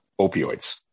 opioids